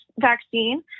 vaccine